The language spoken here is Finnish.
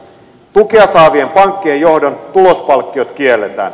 tukea saavien pankkien johdon tulospalkkiot kielletään